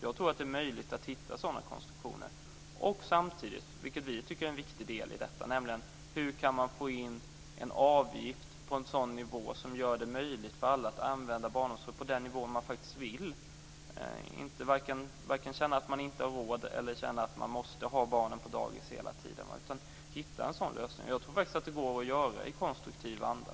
Jag tror att det är möjligt att hitta sådana konstruktioner och samtidigt, vilket vi tycker är en viktig del i detta, komma fram till en avgift som ligger på en nivå som gör det möjligt för alla att använda barnomsorg i den utsträckning de faktiskt vill. Man ska varken behöva känna att man inte har råd eller att man måste ha barnen på dagis hela tiden, utan vi ska hitta en sådan lösning. Jag tror faktiskt att det går att göra i konstruktiv anda.